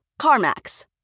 CarMax